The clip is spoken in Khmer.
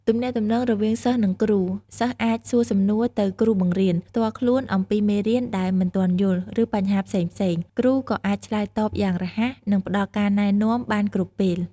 ទំនាក់ទំនងរវាងសិស្សនិងគ្រូ សិស្សអាច សួរសំណួរទៅគ្រូបង្រៀន ផ្ទាល់ខ្លួនអំពីមេរៀនដែលមិនទាន់យល់ ឬបញ្ហាផ្សេងៗ។ គ្រូក៏អាចឆ្លើយតបយ៉ាងរហ័ស និងផ្តល់ការណែនាំបានគ្រប់ពេល។